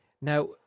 Now